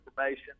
information